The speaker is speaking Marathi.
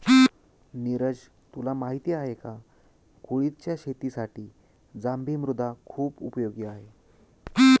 निरज तुला माहिती आहे का? कुळिथच्या शेतीसाठी जांभी मृदा खुप उपयोगी आहे